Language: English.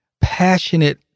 passionate